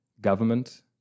government